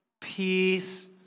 peace